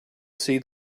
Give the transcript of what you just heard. see